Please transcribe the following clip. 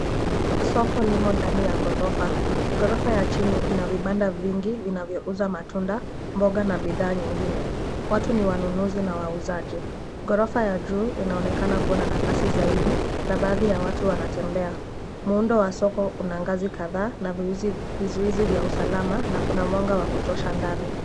Soko limo ndani ya ghorofa. Ghorofa ya chini ina vibanda vingi vinavyouza matunda, mboga na bidhaa nyingine. Watu ni wanunuzi wa wauzaji. Ghorofa za juu inaonekana kuwa na nafasi zaidi na baadhi ya watu wanaonekana wakitembea. Muundo wa soko una ngazi kadhaa na vizuizi vya usalama na kuna mwanga wa kutosha ndani.